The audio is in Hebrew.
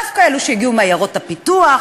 דווקא אלו שהגיעו מעיירות הפיתוח,